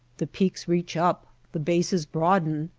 the peaks reach up, the bases broaden,